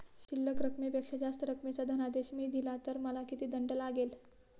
शिल्लक रकमेपेक्षा जास्त रकमेचा धनादेश मी दिला तर मला किती दंड लागेल?